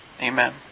Amen